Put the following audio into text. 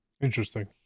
Interesting